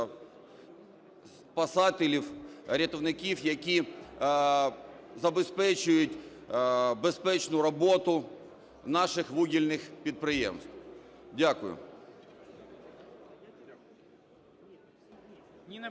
близько 500 рятівників, які забезпечують безпечну роботу наших вугільних підприємств. Дякую.